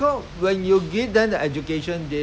education of course is very important to this